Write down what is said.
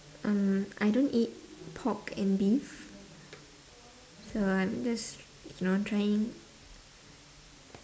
um I don't eat pork and beef so I'm just you know trying